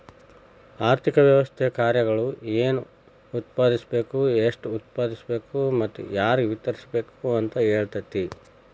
ಆರ್ಥಿಕ ವ್ಯವಸ್ಥೆ ಕಾರ್ಯಗಳು ಏನ್ ಉತ್ಪಾದಿಸ್ಬೇಕ್ ಎಷ್ಟು ಉತ್ಪಾದಿಸ್ಬೇಕು ಮತ್ತ ಯಾರ್ಗೆ ವಿತರಿಸ್ಬೇಕ್ ಅಂತ್ ಹೇಳ್ತತಿ